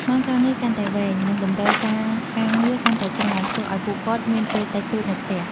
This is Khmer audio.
ម៉ោងការងារកាន់តែវែង និងតម្រូវការការងារកាន់តែច្រើន ធ្វើឲ្យពួកគាត់មានពេលតិចតួចនៅផ្ទះ។